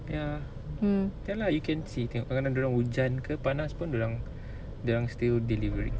mm